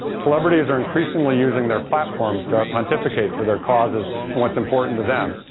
celebrities are increasingly using their platforms to pontificate for their causes and what's important to them.